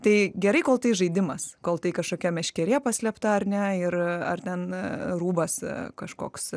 tai gerai kol tai žaidimas kol tai kažkokia meškerė paslėpta ar ne ir ar ten rūbas kažkoks